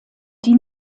die